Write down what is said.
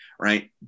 Right